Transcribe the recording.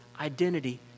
identity